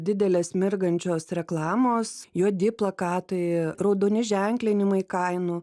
didelės mirgančios reklamos juodi plakatai raudoni ženklinimai kainų